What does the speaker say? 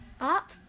up